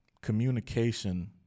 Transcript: communication